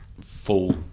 full